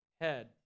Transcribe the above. head